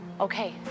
Okay